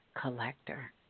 collector